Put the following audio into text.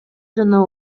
жана